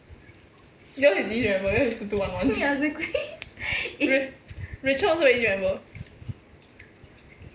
you know his you know is two two one one ra~ rachel one also very easy remember